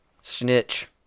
snitch